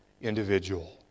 individual